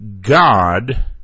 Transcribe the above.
God